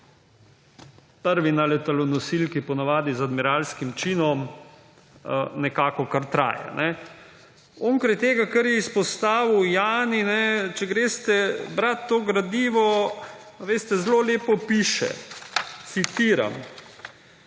prvi na letalonosilki – po navadi z admiralskim činom. Nekako kar traja. Onkraj tega, kar je izpostavil Jani, če greste brat to gradivo, veste, zelo lepo piše, citiram: